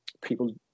people